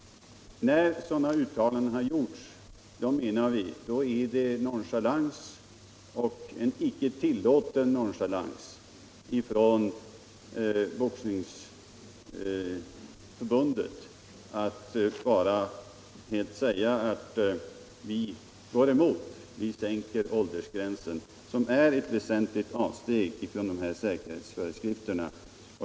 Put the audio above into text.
När sådana uttalanden har gjorts, är det en icke tillåten nonchalans av Boxningsförbundet att gå emot detta och sänka åldersgränsen, vilket är ett väsentligt avsteg från säkerhetsföreskrifterna.